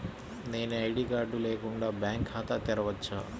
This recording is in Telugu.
నేను ఐ.డీ కార్డు లేకుండా బ్యాంక్ ఖాతా తెరవచ్చా?